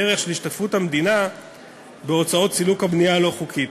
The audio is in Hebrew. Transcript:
בדרך של השתתפות המדינה בהוצאות סילוק הבנייה הלא-חוקית.